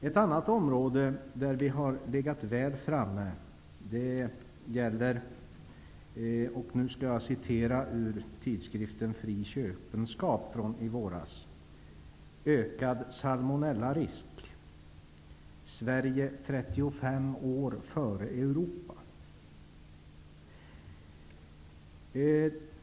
Ett annat område där vi har legat väl framme gäller, och nu skall jag citera ur tidskriften Fri Köpenskap från i våras, ''Ökad salmonellarisk'', ''Sverige 35 år före Europa''.